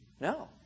No